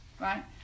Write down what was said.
right